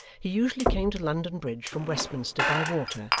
he usually came to london bridge from westminster by water,